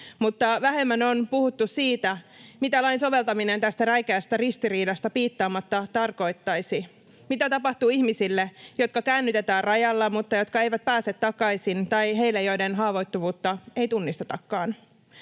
Mutta vähemmän on puhuttu siitä, mitä lain soveltaminen tästä räikeästä ristiriidasta piittaamatta tarkoittaisi. Mitä tapahtuu ihmisille, jotka käännytetään rajalla mutta jotka eivät pääse takaisin, tai heille, joiden haavoittuvuutta ei tunnistetakaan?